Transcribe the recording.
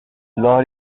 law